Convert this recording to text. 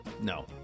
No